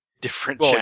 different